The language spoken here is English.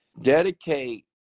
dedicate